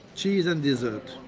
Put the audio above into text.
cheese and dessert.